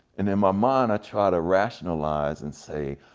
and in my mind i try to rationalize and say,